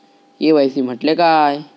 KYC म्हटल्या काय?